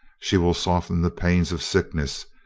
she will soften the pains of sickness,